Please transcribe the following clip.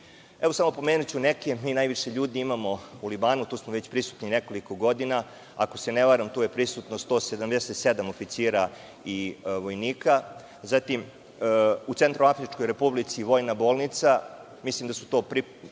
u Libanu. Pomenuću neke, mi najviše ljudi imamo u Libanu, tu smo već prisutni nekoliko godina, ako se ne varam, tu je prisutno 177 oficira i vojnika, zatim, u Centroafričkoj Republici, vojna bolnica, mislim da će tu biti prisutno